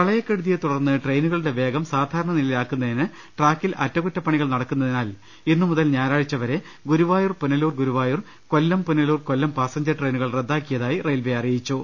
പ്രളയക്കെടുതിയെ തുടർന്ന് ട്രെയിനുകളുടെ വേഗം സാധാരണ നിലയിലാക്കുന്നതിന് ട്രാക്കിൽ അറ്റകുറ്റപ്പണി നടക്കുന്നതിനാൽ ഇന്നു മുതൽ ഞായറാഴ്ച്ച വരെ ഗുരുവായൂർ പുനലൂർ ഗുരുവായൂർ കൊല്ലം പുനലൂർ കൊല്ലം പാസഞ്ചർ ട്രെയിനുകൾ റദ്ദാക്കിയ തായി റെയിൽവെ അറിയിച്ചു